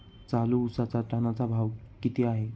चालू उसाचा टनाचा भाव किती आहे?